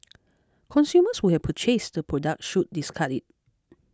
consumers who have purchased the product should discard it